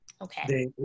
Okay